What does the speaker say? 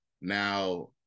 Now